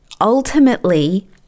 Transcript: Ultimately